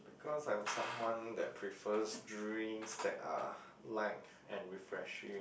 because I'm someone that prefers drinks that are light and refreshing